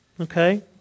okay